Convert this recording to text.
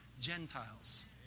Gentiles